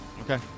Okay